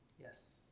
Yes